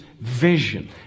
vision